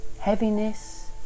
heaviness